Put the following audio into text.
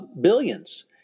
billions